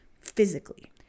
physically